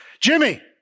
Jimmy